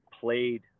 played